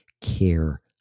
care